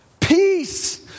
Peace